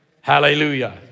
Hallelujah